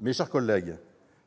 Mes chers collègues,